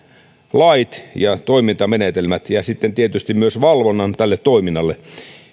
lait ja toimintamenetelmät ja sitten tietysti myös valvonnan tälle toiminnalle